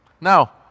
Now